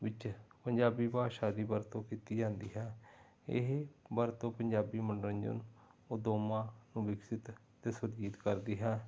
ਵਿੱਚ ਪੰਜਾਬੀ ਭਾਸ਼ਾ ਦੀ ਵਰਤੋਂ ਕੀਤੀ ਜਾਂਦੀ ਹੈ ਇਹ ਵਰਤੋਂ ਪੰਜਾਬੀ ਮਨੋਰੰਜਨ ਉਹਤੋਮਾ ਨੂੰ ਵਿਕਸਿਤ ਅਤੇ ਸੁਰਜੀਤ ਕਰਦੀ ਹੈ